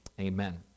Amen